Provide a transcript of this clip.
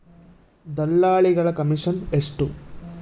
ದಲ್ಲಾಳಿಗಳ ಕಮಿಷನ್ ಎಷ್ಟು?